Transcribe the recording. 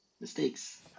mistakes